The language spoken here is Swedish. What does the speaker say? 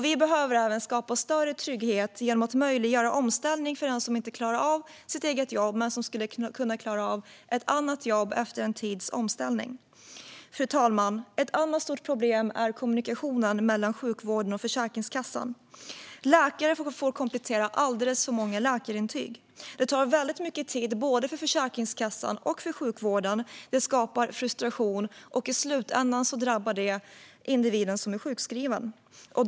Vi behöver även skapa större trygghet genom att möjliggöra omställning för den som inte klarar sitt eget jobb men som skulle kunna klara av ett annat jobb efter en tids omställning. Fru talman! Ett annat stort problem är kommunikationen mellan sjukvården och Försäkringskassan. Läkare får komplettera alldeles för många läkarintyg. Det tar väldigt mycket tid för både Försäkringskassan och sjukvården. Det skapar frustration, och i slutändan drabbar det individen som är sjukskriven.